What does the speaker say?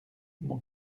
mon